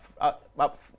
up